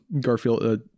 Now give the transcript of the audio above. garfield